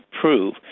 prove